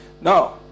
now